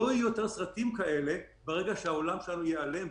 לא יהיו יותר סרטים כאלה ברגע שהעולם שלנו ייעלם.